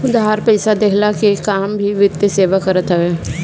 उधार पईसा देहला के काम भी वित्तीय सेवा करत हवे